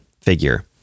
figure